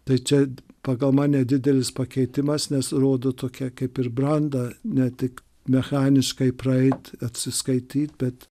tai čia pagal mane didelis pakeitimas nes rodo tokia kaip ir branda ne tik mechaniškai praeit atsiskaityt bet